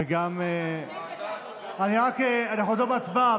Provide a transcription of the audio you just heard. אנחנו עוד לא בהצבעה,